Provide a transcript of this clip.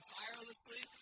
tirelessly